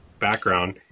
background